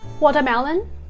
watermelon